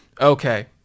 Okay